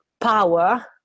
power